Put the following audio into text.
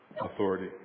Authority